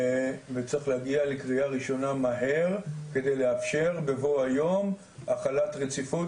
וצריך להגיע לקריאה ראשונה מהר כדי לאפשר בבוא היום החלת רציפות,